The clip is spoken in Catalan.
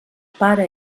pare